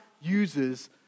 uses